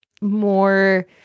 more